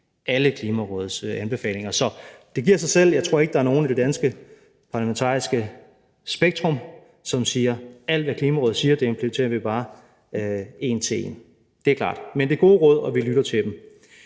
alle Klimarådets anbefalinger, så det giver sig selv. Jeg tror ikke, at der er nogen i det danske parlamentariske spektrum, som siger: Alt, hvad Klimarådet siger, implementerer vi bare en til en. Det er klart. Men det er gode råd, og vi lytter til dem.